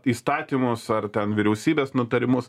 įstatymus ar ten vyriausybės nutarimus